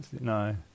No